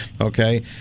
okay